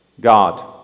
God